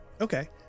Okay